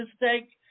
mistake